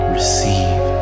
receive